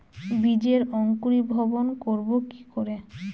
বীজের অঙ্কুরিভবন করব কি করে?